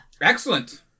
Excellent